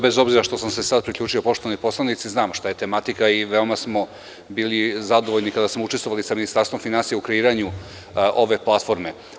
Bez obzira što sam se sad priključio, poštovani poslanici, znam šta je tematika i veoma smo bili zadovoljni kada smo učestvovali sa Ministarstvom finansija u kreiranju ove platforme.